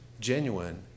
genuine